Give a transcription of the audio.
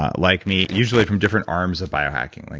ah like me, usually from different arms of bio hacking. like